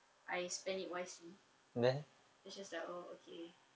I spend it wisely she's just like oh okay